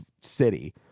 city